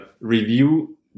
review